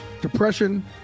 Depression